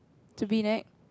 to